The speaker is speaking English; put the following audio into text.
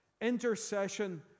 intercession